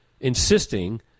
insisting